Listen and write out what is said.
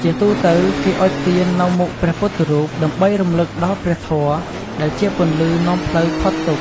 ជាទូទៅ គេអុជទៀននៅមុខព្រះពុទ្ធរូប ដើម្បីរំលឹកដល់ព្រះធម៌ដែលជាពន្លឺនាំផ្លូវផុតទុក្ខ។